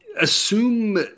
assume